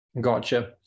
gotcha